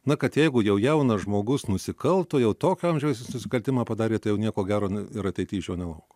na kad jeigu jau jaunas žmogus nusikalto jau tokio amžiaus nusikaltimą padarė tai jau nieko gero ir ateity iš jo nelauk